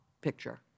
picture